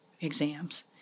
exams